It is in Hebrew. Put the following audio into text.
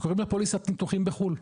שקוראים לה פוליסת ניתוחים בחו"ל,